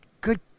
Good